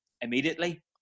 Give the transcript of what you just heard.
immediately